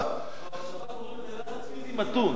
בשב"כ קוראים לזה לחץ פיזי מתון.